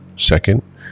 Second